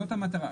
זאת המטרה.